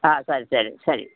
ಹಾಂ ಸರಿ ಸರಿ ಸರಿ